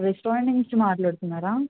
restaurant నుంచి మాట్లాడుతున్నారా